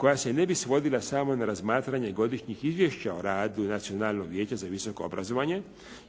koja se ne bi svodila samo na razmatranje godišnjih izvješća o radu Nacionalnog vijeća za visoko obrazovanje,